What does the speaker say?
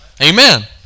Amen